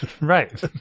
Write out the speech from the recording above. Right